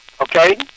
okay